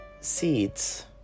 seeds